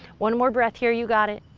one more breath here, you got it.